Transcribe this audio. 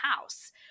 house